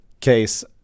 case